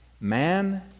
Man